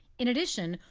in addition,